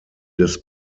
des